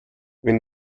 wenn